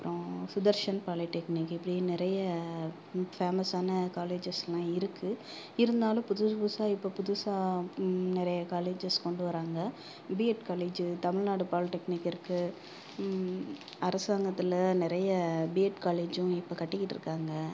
அப்புறம் சுதர்ஷன் பாலிடெக்னிக் இப்படி நிறைய பேமஸான காலேஜஸ்லாம் இருக்குது இருந்தாலும் புதுசு புதுசாக இப்போ புதுசாக நிறைய colleges கொண்டுவராங்க BEd college Tamil Nadu polytechnic இருக்குது அரசாங்கத்தில் நிறைய பிஎட் காலேஜ்ஜும் இப்போ கட்டிக்கிட்டு இருக்காங்க